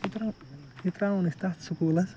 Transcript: یہِ ترا یہِ تراون أسۍ تتھ سکولَس